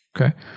Okay